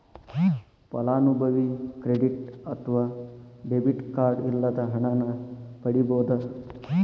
ಫಲಾನುಭವಿ ಕ್ರೆಡಿಟ್ ಅತ್ವ debit card ಇಲ್ಲದ ಹಣನ ಪಡಿಬೋದ್